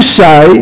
say